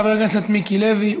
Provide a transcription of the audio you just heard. חבר הכנסת מיקי לוי,